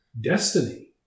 destiny